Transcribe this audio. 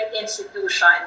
institution